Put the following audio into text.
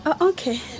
Okay